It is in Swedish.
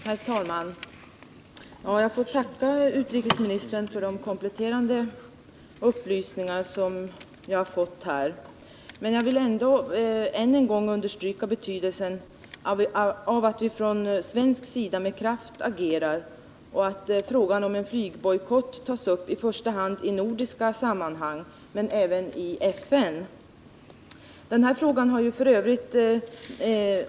Herr talman! Jag får tacka utrikesministern för de kompletterande upplysningar som vi har fått här. Men jag vill ändå än en gång understryka betydelsen av att vi från svensk sida agerar med kraft och att frågan om en flygbojkott tas upp i första hand i nordiska sammanhang men även i FN. Den här frågan har ju f.ö.